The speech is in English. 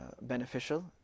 beneficial